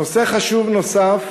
נושא חשוב נוסף,